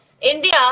India